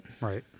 Right